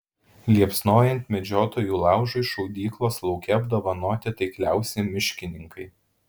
liepsnojant medžiotojų laužui šaudyklos lauke apdovanoti taikliausi miškininkai